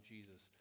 Jesus